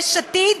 יש עתיד,